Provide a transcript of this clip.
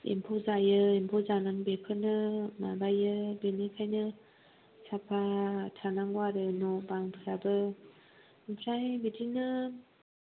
एम्फौ जायो एम्फौ जानानै बेफोरनो माबायो बेनिखायनो साफा थानांगौ आरो न' बांफ्राबो ओमफ्राय बिदिनो